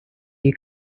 you